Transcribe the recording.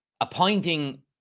appointing